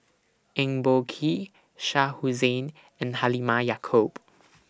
Eng Boh Kee Shah Hussain and Halimah Yacob